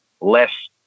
less